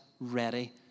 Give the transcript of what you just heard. ready